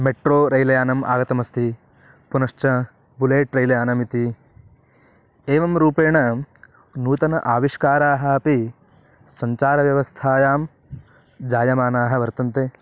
metro rail यानम् आगतमस्ति पुनश्च बुलेट् रेल् यानमिति एवं रूपेण नूतन आविष्काराः अपि सञ्चारव्यवस्थायां जायमानाः वर्तन्ते